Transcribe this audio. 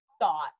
thought